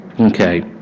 okay